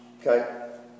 okay